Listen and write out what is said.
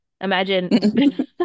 Imagine